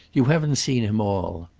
you haven't seen him all.